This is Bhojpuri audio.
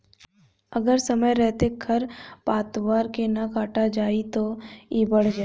अगर समय रहते खर पातवार के ना काटल जाइ त इ बढ़ जाइ